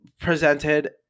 presented